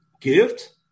gift